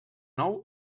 nou